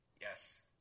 Yes